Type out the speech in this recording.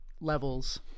levels